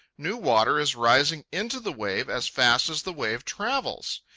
new water is rising into the wave as fast as the wave travels.